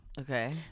Okay